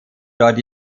dort